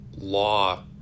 law